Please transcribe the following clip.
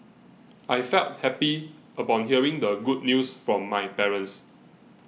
I felt happy upon hearing the good news from my parents